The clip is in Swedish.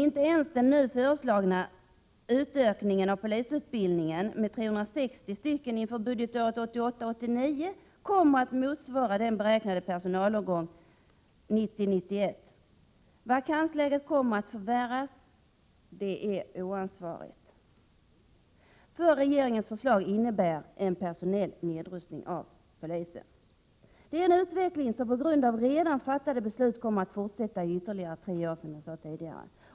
Inte ens den nu föreslagna ökningen av polisutbildningen med 360 platser inför budgetåret 1988 91. Vakansläget kommer att förvärras. Det är oansvarigt, för regeringens förslag innebär ju en personell nedrustning av polisen. Det är en utveckling som på grund av redan fattade beslut kommer att fortsätta i ytterligare tre